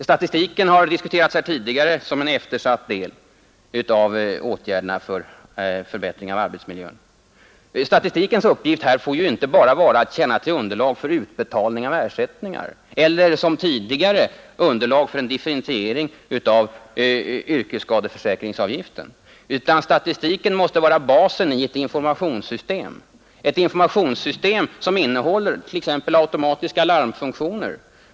Statistiken har diskuterats här tidigare som en eftersatt del av åtgärderna för förbättring av arbetsmiljön. Statistikens uppgift får ju inte bara vara att tjäna som underlag för utbetalning av ersättningar eller, som tidigare, som underlag för en differentiering av yrkesskadeförsäkringsavgiften utan den måste vara basen i ett informationssystem, som innehåller t.ex. automatiska larmfunktioner.